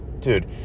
dude